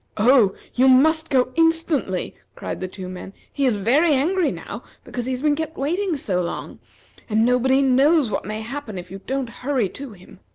oh! you must go instantly! cried the two men. he is very angry now because he has been kept waiting so long and nobody knows what may happen if you don't hurry to him.